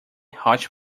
hotch